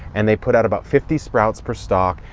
and they put out about fifty sprouts per stalk.